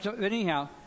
anyhow